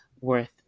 worth